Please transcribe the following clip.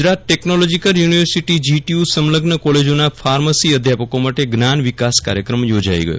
Gujarat technological university GTU સંલગ્ન કોલેજોના ફાર્મસીના અધ્યાપકો માટે જ્ઞાન વિકાસ કાર્યક્રમ યોજાઈ ગયો